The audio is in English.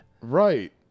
Right